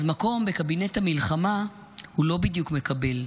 אז מקום בקבינט המלחמה הוא לא בדיוק מקבל,